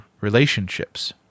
relationships